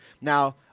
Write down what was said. Now